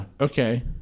Okay